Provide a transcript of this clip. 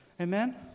amen